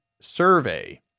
survey